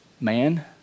man